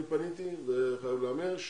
זה חייב להיאמר,